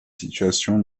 situation